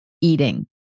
eating